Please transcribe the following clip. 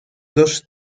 dos